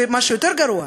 ומה שיותר גרוע,